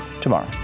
tomorrow